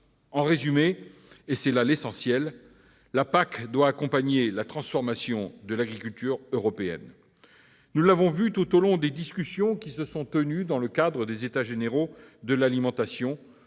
En résumé, et c'est là l'essentiel, la PAC doit accompagner la transformation de l'agriculture européenne. Nous l'avons vu tout au long des discussions qui se sont tenues dans le cadre des états généraux de l'alimentation,